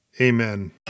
Amen